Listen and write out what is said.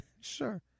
Sure